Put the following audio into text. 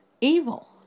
evil